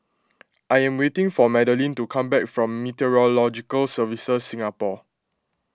I am waiting for Madelene to come back from Meteorological Services Singapore